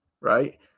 right